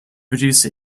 produce